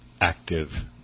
active